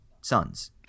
sons